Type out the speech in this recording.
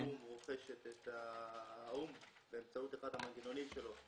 האו"ם, באמצעות אחד המנגנונים שלו,